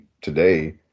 today